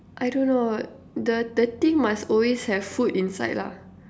I don't know the the thing must always have food inside lah